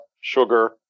sugar